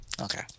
Okay